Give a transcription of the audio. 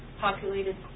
populated